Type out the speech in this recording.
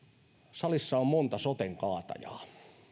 salissa on monta soten kaatajaa